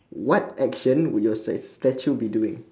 what action would your stat~ statue be doing